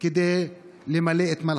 כדי למלא את מלאכתם.